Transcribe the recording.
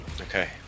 Okay